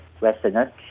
Westerners